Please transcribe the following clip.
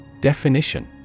Definition